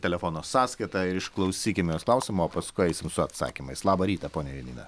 telefono sąskaitą ir išklausykime jos klausimo o paskui eisim su atsakymais labą rytą ponia janina